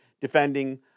defending